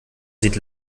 sieht